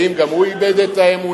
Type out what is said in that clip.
האם גם הוא איבד את האמונה?